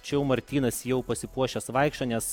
čia jau martynas jau pasipuošęs vaikšto nes